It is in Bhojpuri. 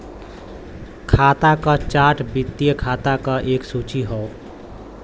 खाता क चार्ट वित्तीय खाता क एक सूची हौ